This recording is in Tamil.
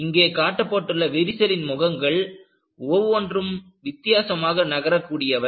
இங்கே காட்டப்பட்டுள்ள விரிசலின் முகங்கள் ஒவ்வொன்றும் வித்தியாசமாக நகர கூடியவை